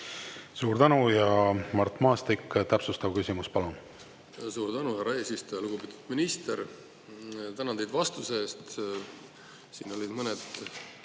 Suur tänu! Mart Maastik, täpsustav küsimus, palun! Suur tänu, härra eesistuja! Lugupeetud minister! Tänan teid vastuse eest! Siin olid mõned